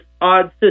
odd